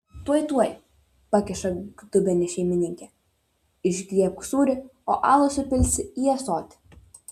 tuoj tuoj pakiša dubenį šeimininkė išgriebk sūrį o alų supilsi į ąsotį